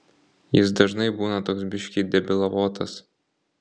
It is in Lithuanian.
jis dažnai būna toks biškį debilavotas